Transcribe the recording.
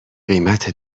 قیمت